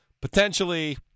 potentially